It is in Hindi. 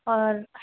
और